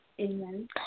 Amen